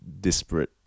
disparate